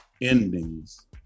Endings